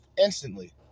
instantly